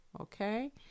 Okay